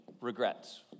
regrets